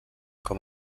com